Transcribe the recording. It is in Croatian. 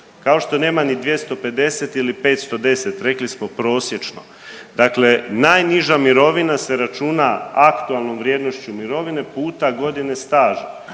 Kao što nema ni 250 ili 510, rekli smo prosječno. Dakle najniža mirovina se računa aktualnom vrijednošću mirovine puta godine staža.